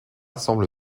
semble